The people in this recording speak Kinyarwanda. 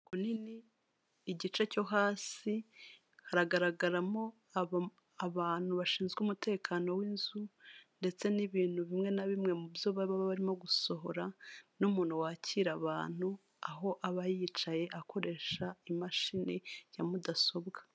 Bunini igice cyo hasi haragaragaramo abantu bashinzwe umutekano w'inzu ndetse n'ibintu bimwe na bimwe mu byo baba barimo gusohora n'umuntu wakira abantu aho aba yicaye akoresha imashini ya mudasobwa.